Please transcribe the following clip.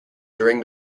during